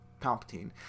Palpatine